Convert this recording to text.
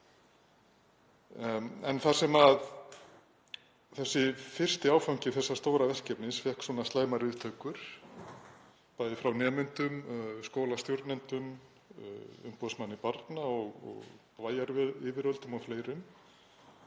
Þar sem þessi fyrsti áfangi þessa stóra verkefnis fékk slæmar viðtökur, bæði frá nemendum og skólastjórnendum, umboðsmanni barna, bæjaryfirvöldum og fleirum,